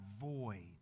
void